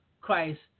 Christ